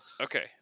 Okay